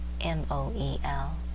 M-O-E-L